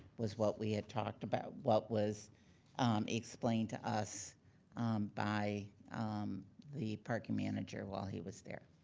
was what we had talked about, what was explained to us by the parking manager while he was there.